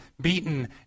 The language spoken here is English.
beaten